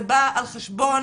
זה בא על חשבון